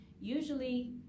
Usually